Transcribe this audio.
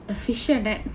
a fisher net